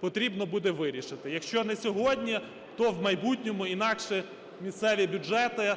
потрібно буде вирішити, якщо не сьогодні, то в майбутньому, інакше місцеві бюджети